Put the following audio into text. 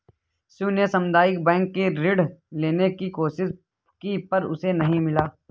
शिव ने सामुदायिक बैंक से ऋण लेने की कोशिश की पर उसे नही मिला